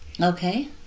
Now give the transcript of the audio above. Okay